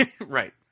Right